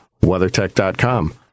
WeatherTech.com